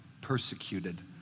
persecuted